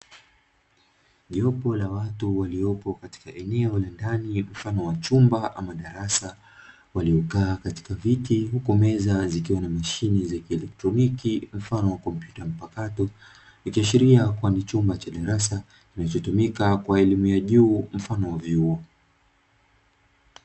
Jopo la watu waliopo kwenye eneo la ndani mfano wa chumba au darasa waliokaa kwenye viti, huku meza zikiwa na mashine za kielekroniki mfano wa kompyuta mpakato, ikiashiria kuwa ni chumba cha darasa kinachotumika kwa elimu ya juu mfano wa vyuo.